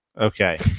Okay